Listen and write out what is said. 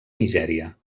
nigèria